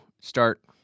start